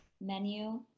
menu